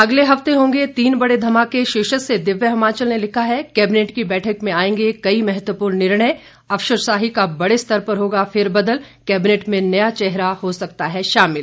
अगले हफ्ते होंगे तीन बड़े धमाके शीर्षक से दिव्य हिमाचल ने लिखा है कैबिनेट की बैठक में आएंगे कई महत्वपूर्ण निर्णय अफसरशाही का बड़े स्तर पर होगा फेरबदल कैबिनेट में नया चेहरा हो सकता है शामिल